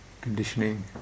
conditioning